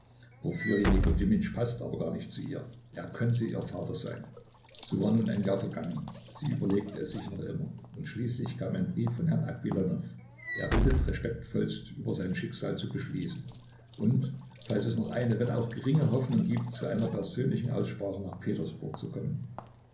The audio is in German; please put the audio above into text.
porfirij nikodimytsch paßt aber gar nicht zu ihr er könnte ihr vater sein so war nun ein jahr vergangen sie überlegte es sich noch immer und schließlich kam ein brief vom herrn aquilonow er bittet respektvollst über sein schicksal zu beschließen und falls es noch eine wenn auch geringe hoffnung gibt zu einer persönlichen aussprache nach petersburg zu kommen